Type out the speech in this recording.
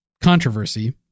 controversy